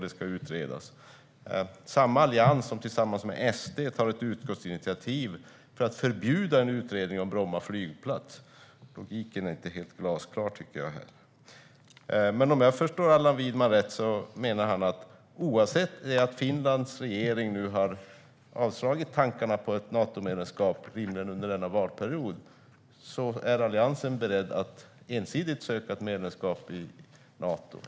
Det är samma allians som tillsammans med SD tar ett utskottsinitiativ för att förbjuda en utredning om Bromma flygplats. Logiken är inte helt glasklar, tycker jag. Om jag förstår Allan Widman rätt menar han att oavsett att Finlands regering nu har avslagit tankarna på ett Natomedlemskap under denna valperiod vill Alliansen att Sverige ensidigt ska söka medlemskap i Nato.